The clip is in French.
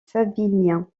savinien